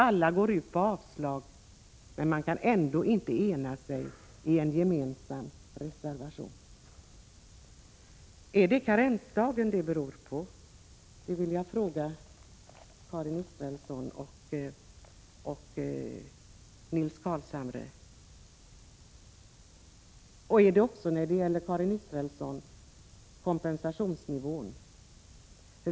Alla går ut på avslag, men man kan ändå inte enas i en gemensam reservation. Är det karensdagen det beror på? Det vill jag fråga Karin Israelsson och Nils Carlshamre. Och är det också, Karin Israelsson, kompensationsnivån?